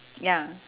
ya